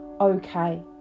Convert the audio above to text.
okay